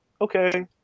okay